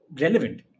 relevant